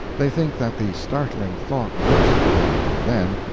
they think that the startling thought burst upon him then,